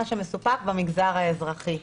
כל מה שמסופק במגזר האזרחי.